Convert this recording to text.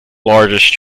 largest